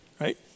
right